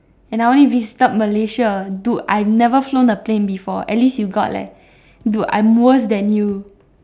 and I only visited Malaysia dude I've never flown a plane before at least you got leh dude I'm worse than you